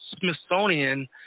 Smithsonian